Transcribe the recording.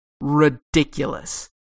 ridiculous